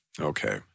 Okay